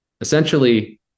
essentially